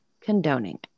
condoning